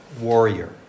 warrior